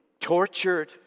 tortured